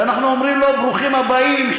ואנחנו אומרים לו ברוכים הבאים,